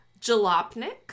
Jalopnik